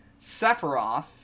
Sephiroth